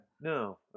No